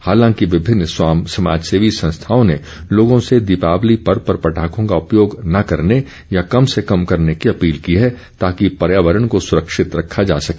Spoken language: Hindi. हालांकि विभिन्न समाजसेवी संस्थाओं ने लोगों से दीपावली पर्व पर पटाखों का उपयोग ना करने या कम से कम करने की अपील की है ताकि पर्यावरण को सुरक्षित रखा जा सके